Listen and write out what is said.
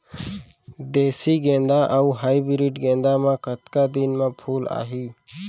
देसी गेंदा अऊ हाइब्रिड गेंदा म कतका दिन म फूल आही?